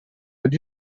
will